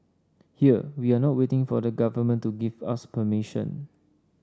here we are not waiting for the Government to give us permission